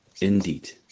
indeed